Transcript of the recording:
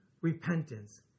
repentance